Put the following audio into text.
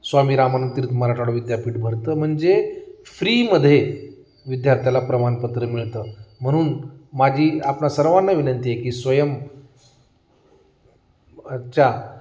स्वामी रामानंद तीर्थ मराठवाडा विद्यापीठ भरतं म्हणजे फ्रीमध्ये विद्यार्थ्याला प्रमाणपत्र मिळतं म्हणून माझी आपणा सर्वांना विनंती आहे की स्वयम च्या